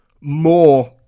more